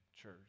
church